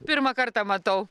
pirmą kartą matau